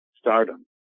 stardom